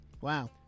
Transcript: Wow